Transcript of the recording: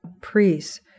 priests